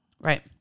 Right